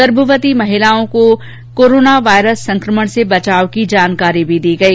गर्भवती महिलाओं को कोरोना वायरस संक्रमण से बचाव की जानकारी भी दी गई